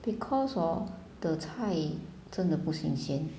because hor the 菜真的不新鲜